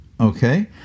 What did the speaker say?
okay